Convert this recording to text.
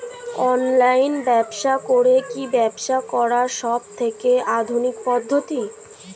Online ব্যবসা করে কি ব্যবসা করার সবথেকে আধুনিক পদ্ধতি?